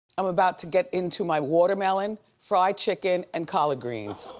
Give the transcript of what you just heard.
i'm about to get into my watermelon fried chicken and collard greens.